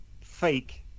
fake